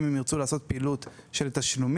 אם הן ירצו לעשות פעילות של תשלומים,